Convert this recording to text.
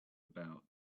about